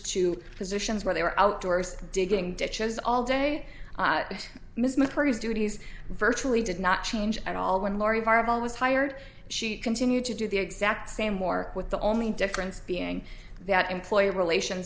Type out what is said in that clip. to positions where they were outdoors digging ditches all day and mysterious duties virtually did not change at all when laurie viable was hired she continued to do the exact same more with the only difference being that employee relations